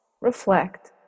reflect